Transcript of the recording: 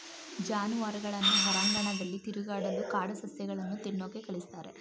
ಜಾನುವಾರುಗಳನ್ನ ಹೊರಾಂಗಣದಲ್ಲಿ ತಿರುಗಾಡಲು ಕಾಡು ಸಸ್ಯಗಳನ್ನು ತಿನ್ನೋಕೆ ಕಳಿಸ್ತಾರೆ